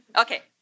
Okay